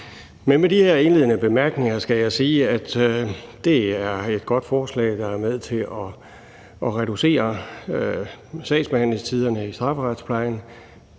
Med de her indledende bemærkninger skal jeg sige, at det er et godt forslag, der er med til at reducere sagsbehandlingstiderne i strafferetsplejen